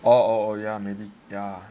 oh oh ya maybe yeah